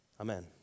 Amen